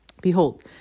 Behold